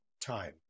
time